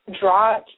draw